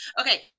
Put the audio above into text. okay